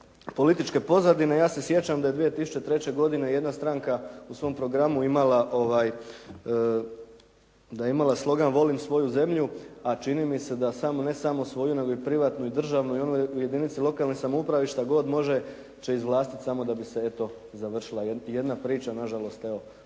političke pozadine, ja se sjećam da je 2003. godine jedna stranka u svom programu imala, da je imala slogan volim svoju zemlju, a čini mi se da samo, ne samo svoju nego i privatnu, i državnu i onu jedinicu lokalne samouprave i šta god može će izvlastiti samo da bi se eto završila jedna priča. Na žalost evo